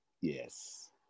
Yes